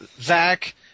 Zach